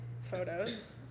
photos